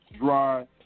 dry